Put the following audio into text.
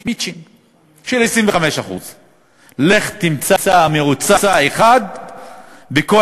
מצ'ינג של 25%. לך תמצא מועצה אחת בכל